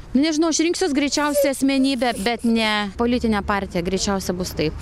nu nežinau aš rinksiuos greičiausiai asmenybę bet ne politinę partiją greičiausia bus taip